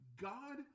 God